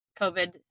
COVID